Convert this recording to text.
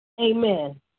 Amen